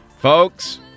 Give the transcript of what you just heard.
folks